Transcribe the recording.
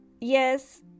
yes